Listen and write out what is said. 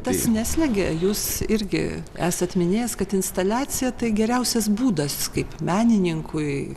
tas neslegia jūs irgi esat minėjęs kad instaliacija tai geriausias būdas kaip menininkui